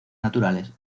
naturales